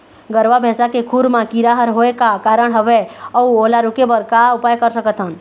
गरवा भैंसा के खुर मा कीरा हर होय का कारण हवए अऊ ओला रोके बर का उपाय कर सकथन?